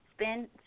spend